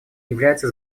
является